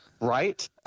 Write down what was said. right